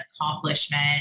accomplishment